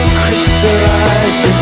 crystallized